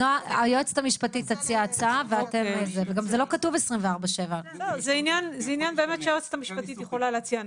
היועצת המשפטית תציע הצעה וגם זה לא כתוב 24/7. זה עניין באמת שהיועצת המשפטית יכולה להציע ניסוח.